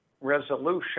resolution